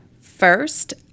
First